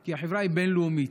כי החברה היא בין-לאומית.